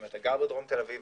אם אתה גר בדרום תל אביב,